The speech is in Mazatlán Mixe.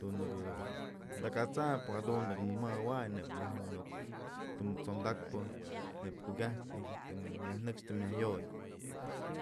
dun në takasayn pues jadun nëkë mëmëwayn neyb ijtyë të muk t'sondakpë neyb jukyajtë ijtyë të myaj nëkx të nyaj yoyën.